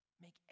Make